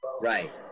Right